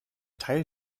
teil